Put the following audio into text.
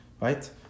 right